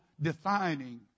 defining